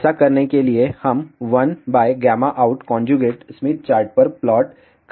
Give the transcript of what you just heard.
ऐसा करने के लिए हम 1out स्मिथ चार्ट पर प्लॉटकरते हैं